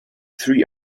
three